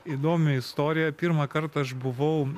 įdomi istorija pirmą kartą aš buvau